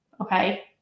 Okay